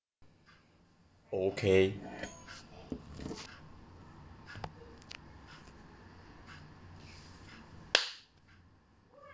okay